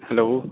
hello